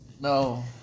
no